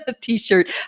t-shirt